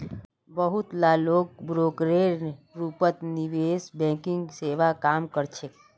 बहुत ला लोग ब्रोकरेर रूपत निवेश बैंकिंग सेवात काम कर छेक